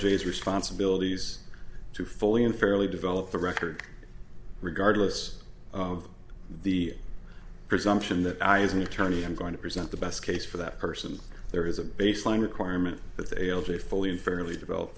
g s responsibilities to fully and fairly develop the record regardless of the presumption that i as an attorney i'm going to present the best case for that person there is a baseline requirement that they l j fully and fairly develop